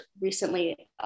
recently